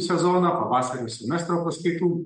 sezoną pavasario semestro paskaitų